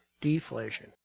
deflation